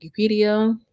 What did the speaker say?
Wikipedia